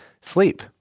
sleep